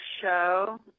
show